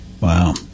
Wow